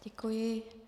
Děkuji.